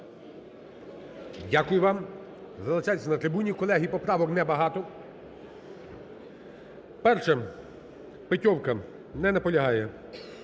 Дякую вам. Залишайтесь на трибуні. Колеги, поправок не багато. 1-ша, Петьовка. Не наполягає.